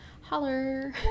Holler